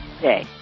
day